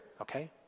Okay